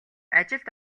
ажилд